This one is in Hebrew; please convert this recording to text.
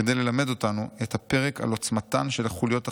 כדי ללמד אותנו את הפרק על עוצמתן של החוליות החלשות,